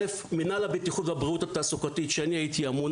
מינהל הבטיחות והבריאות התעסוקתית שאני הייתי אמון